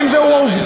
האם זו עובדה?